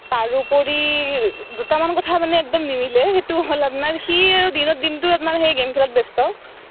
তাৰোপৰি দুটামান কথা মানে একদম নিমিলে সেইটো হ'ল আপোনাৰ সি আৰু দিনৰ দিনটো আপোনাৰ সেই গেম খেলাত ব্যস্ত